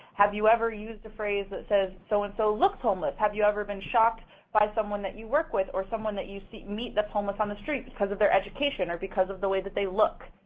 have you ever used a phrase that says so-and-so so and so looks homeless? have you ever been shocked by someone that you work with or someone that you see meet that's homeless on the street because of their education or because of the way that they look?